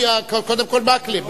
קודם כול מקלב,